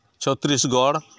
Chhattisgarh